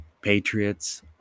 Patriots